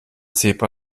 zebra